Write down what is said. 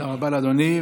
תודה רבה לאדוני.